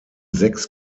sechs